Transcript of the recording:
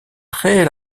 très